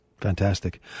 Fantastic